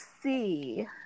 see